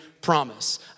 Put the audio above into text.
Promise